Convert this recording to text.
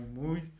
mood